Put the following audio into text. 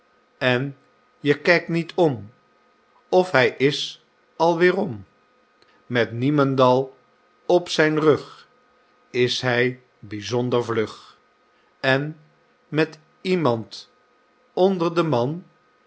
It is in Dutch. en je kijkt niet om of hy is al weêrom met niemendal op zijn rug is hy byzonder vlug en met iemand onder den man